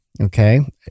okay